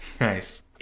Nice